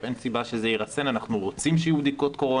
יניח את דעתך הקטע בסדר.